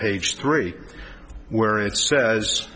page three where it says